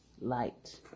light